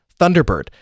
Thunderbird